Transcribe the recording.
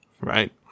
right